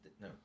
No